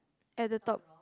at the top